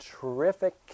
terrific